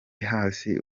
hasi